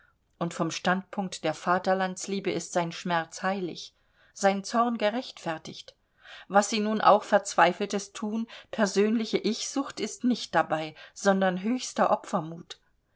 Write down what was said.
und vom standpunkt der vaterlandsliebe ist sein schmerz heilig sein zorn gerechtfertigt was sie nun auch verzweifeltes thun persönliche ichsucht ist nicht dabei sondern höchster opfermut